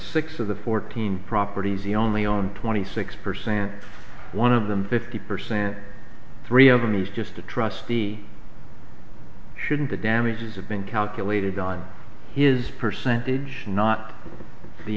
six of the fourteen properties only on twenty six percent one of them fifty percent three of them he's just a trustee shouldn't the damages have been calculated on his percentage not the